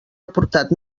aportat